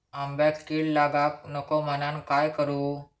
आंब्यक कीड लागाक नको म्हनान काय करू?